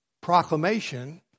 Proclamation